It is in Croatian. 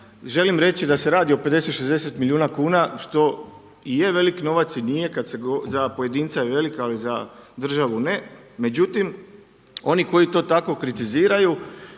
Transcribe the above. Želim reći da se radi o 50, 60 milijuna kuna što i je velik novac i nije kada se govori, za pojedinca je velik ali za državu ne. Međutim, oni koji to tako kritiziraju